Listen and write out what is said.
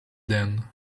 then